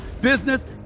business